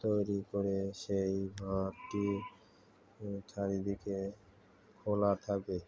তৈরি করে সেই ঘরটি চারিদিকে খোলা থাকে